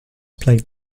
played